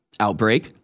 outbreak